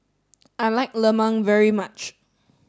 I like Lemang very much